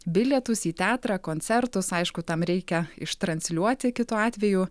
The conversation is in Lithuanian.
bilietus į teatrą koncertus aišku tam reikia ištransliuoti kitu atveju